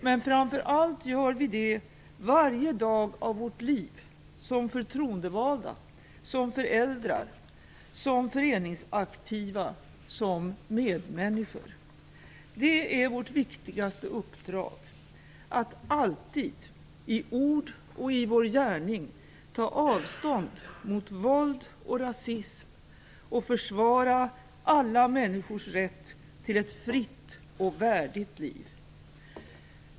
Men framför allt gör vi det varje dag av vårt liv som förtroendevalda, som föräldrar, som föreningsaktiva, som medmänniskor. Det är vårt viktigaste uppdrag - att alltid i ord och i vår gärning ta avstånd från våld och rasism och försvara alla människors rätt till ett fritt och värdigt liv.